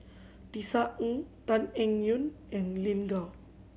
Tisa Ng Tan Eng Yoon and Lin Gao